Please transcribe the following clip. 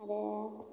आरो